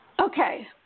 Okay